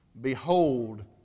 Behold